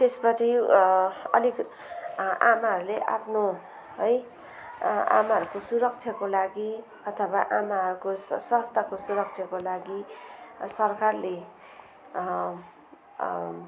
त्यसपछि अलिक आमाहरूले आफ्नो है आमाहरूको सुरक्षाको लागि अथवा आमाहरूको स स्वास्थ्यको सुरक्षाको लागि सरखारले